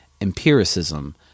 empiricism